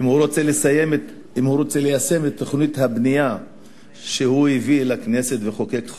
שאם הוא רוצה ליישם את תוכנית הבנייה שהוא הביא לכנסת וחוקק חוק,